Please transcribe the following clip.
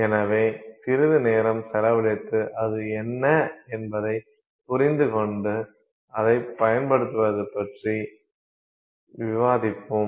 எனவே சிறிது நேரம் செலவழித்து அது என்ன என்பதைப் புரிந்துகொண்டு அதைப் பயன்படுத்துவது பற்றி விவாதிப்போம்